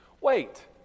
Wait